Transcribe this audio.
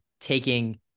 taking